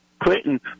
Clinton